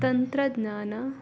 ತಂತ್ರಜ್ಞಾನ